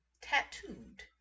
tattooed